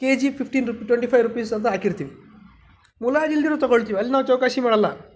K G fifteen rupee twenty five rupees ಅಂತ ಹಾಕಿರ್ತೀವಿ ಮುಲಾಜಿಲ್ದೆನು ತೊಗೊಳ್ತೀವಿ ಅಲ್ಲಿ ನಾವು ಚೌಕಾಸಿ ಮಾಡಲ್ಲ